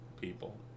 people